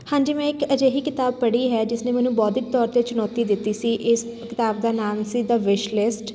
ਹਾਂਜੀ ਮੈਂ ਇੱਕ ਅਜਿਹੀ ਕਿਤਾਬ ਪੜ੍ਹੀ ਹੈ ਜਿਸਨੇ ਮੈਨੂੰ ਬੌਧਿਕ ਤੌਰ 'ਤੇ ਚੁਣੌਤੀ ਦਿੱਤੀ ਸੀ ਇਸ ਕਿਤਾਬ ਦਾ ਨਾਮ ਸੀ ਦ ਵਿਸ਼ਲਿਸਟ